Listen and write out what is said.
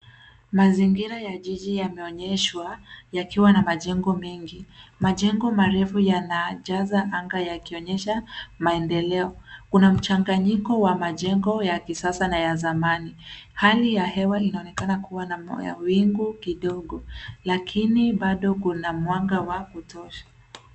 Mazingira ya jiji yameonyeshwa yakiwa na majengo mengi. Majengo marefu yanajaza anga yakionyesha maendeleo. Kuna mchanganyiko wa majengo ya kisasa na ya zamani. Hali ya hewa inaonekana kuwa na mawingu kidogo lakini bado kuna mwanga wa kutosha.